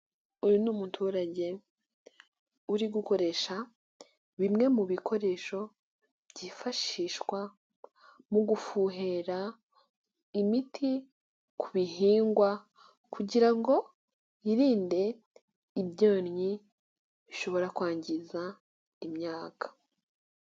Umuturage uri gukoresha bimwe mu bikoresho byifashishwa mu gufuhera imiti ku bihingwa kugira ngo yirinde ibyonnyi bishobora kwangiza imyaka.